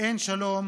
ואין שלום